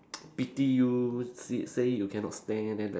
pity you see say you cannot stand then like